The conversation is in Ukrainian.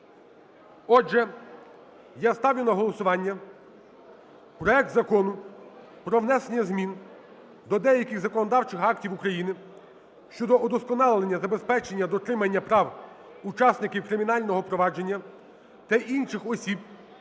Отже, я ставлю на голосування проект Закону про внесення змін до деяких законодавчих актів України щодо вдосконалення забезпечення дотримання прав учасників кримінального провадження та інших осіб